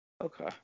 Okay